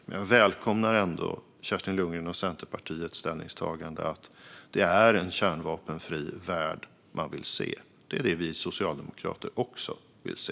Men jag välkomnar ändå Kerstin Lundgrens och Centerpartiets ställningstagande att det är en kärnvapenfri värld man vill se. Det är det vi socialdemokrater också vill se.